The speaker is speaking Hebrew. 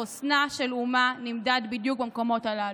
חוסנה של אומה נמדד בדיוק במקומות הללו.